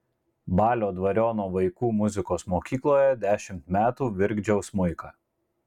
balio dvariono vaikų muzikos mokykloje dešimtį metų virkdžiau smuiką